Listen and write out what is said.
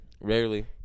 rarely